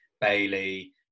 Bailey